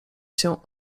się